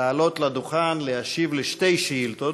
לעלות לדוכן להשיב לשתי שאילתות.